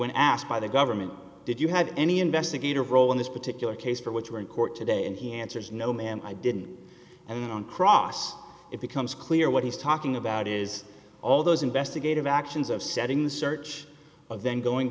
when asked by the government did you have any investigative role in this particular case for which you were in court today and he answers no ma'am i didn't and then on cross it becomes clear what he's talking about is all those investigative actions of setting the search of then going